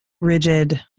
rigid